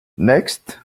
next